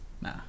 nah